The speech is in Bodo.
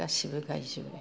गासिबो गाइजोबो